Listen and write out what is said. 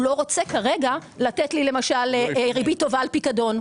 כרגע, הוא לא רוצה לתת לי ריבית טובה על פיקדון.